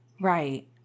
Right